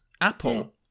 Apple